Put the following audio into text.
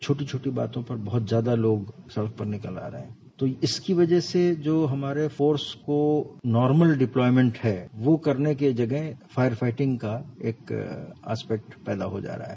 छोटी छोटी बातों पर बहुत ज्यादा लोग सड़क पर निकल आ रहे हैं तो इसकी वजह से जो हमारे फोर्स को नार्मल डिप्लाइमेंट है वह करने की जगह फायर फैटिंग का एक आस्पेक्ट पैदा हो जा रहा है